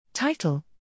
Title